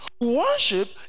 Worship